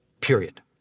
period